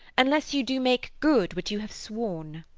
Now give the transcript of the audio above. unless you do make good what you have sworn.